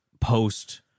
post